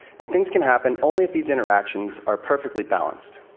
and things can happen only if these interactions are perfectly balanced.